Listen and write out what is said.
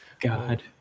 God